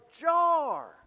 jar